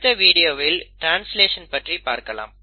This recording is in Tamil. அடுத்த வீடியோவில் ட்ரான்ஸ்லேஷன் பற்றி பார்க்கலாம்